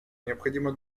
необходимо